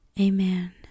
Amen